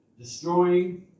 destroying